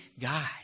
God